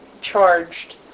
charged